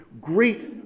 great